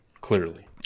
Clearly